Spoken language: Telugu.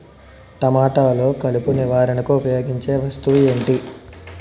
టమాటాలో కలుపు నివారణకు ఉపయోగించే వస్తువు ఏంటి?